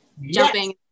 jumping